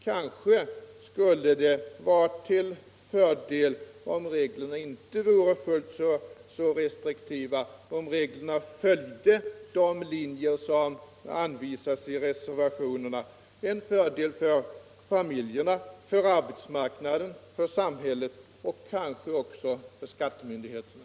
Kanske skulle det vara till fördel om reglerna inte var fullt så restriktiva utan följde de linjer som anvisas i reservationerna — till fördel för familjerna, för arbetsmarknaden, för samhället och kanske också för skattemyndigheterna.